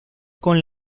con